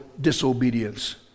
disobedience